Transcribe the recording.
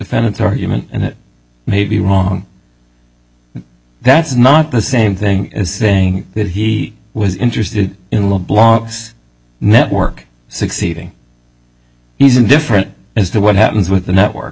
s argument and it may be wrong that's not the same thing as saying that he was interested in the blogs network succeeding he's indifferent as to what happens with the network